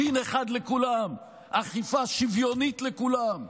דין אחד לכולם, אכיפה שוויונית לכולם.